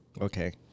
Okay